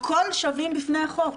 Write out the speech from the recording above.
"הכול שווים בפני החוק"